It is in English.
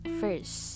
first